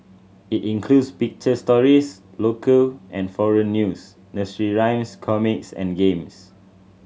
it includes picture stories local and foreign news nursery rhymes comics and games